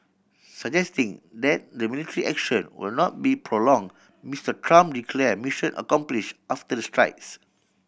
suggesting that the military action would not be prolong Mister Trump declare mission accomplish after the strikes